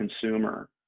consumer